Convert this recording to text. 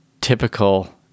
typical